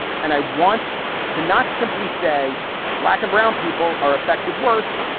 and i want to not simply say black and brown people are affected worse,